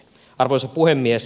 arvoisa puhemies